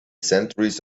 centuries